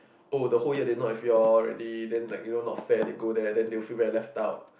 oh the whole year they not if you're all ready then like you know not fair they go there then they will feel very left out